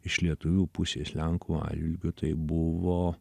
iš lietuvių pusės lenkų atžvilgiu tai buvo